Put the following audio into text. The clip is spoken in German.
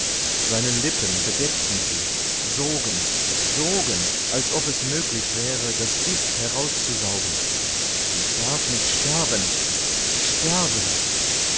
seine lippen bedeckten sie sogen sogen als ob es möglich wäre das gift herauszusaugen sie darf nicht sterben sterben